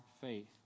faith